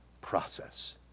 process